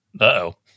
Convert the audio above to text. Uh-oh